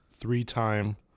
three-time